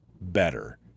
better